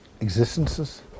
existences